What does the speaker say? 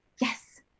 yes